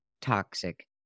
toxic